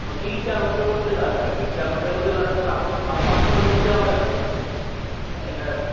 ও তিন চার বছরের মধ্যে আচ্ছা তিন চার বছরের মধ্যে ম্যাডাম তাহলে তো সাড়ে পাঁচশোর মধ্যে হবে না এই আর